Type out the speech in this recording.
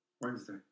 Wednesday